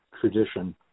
tradition